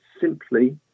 simply